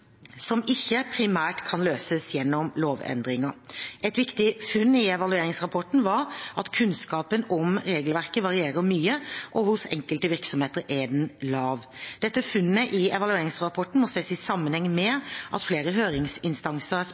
som ikke primært kan løses gjennom lovendringer. Et viktig funn i evalueringsrapporten var at kunnskapen om regelverket varierer mye, og hos enkelte virksomheter er den lav. Dette funnet i evalueringsrapporten må ses i sammenheng med at flere høringsinstanser